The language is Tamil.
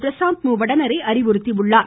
பிரசாந்த் மு வடனரே அறிவுறுத்தியுள்ளார்